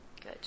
Good